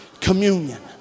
communion